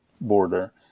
border